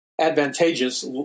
advantageous